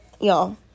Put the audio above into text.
Y'all